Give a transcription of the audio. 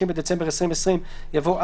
זה